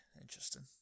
interesting